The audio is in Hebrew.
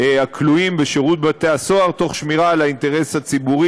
הכלואים בשירות בתי-הסוהר תוך שמירה על האינטרס הציבורי